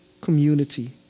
community